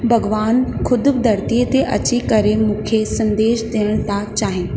भॻिवान ख़ुदि धरतीअ ते अची करे मूंखे संदेश ॾियण था चाहिनि